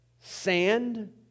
sand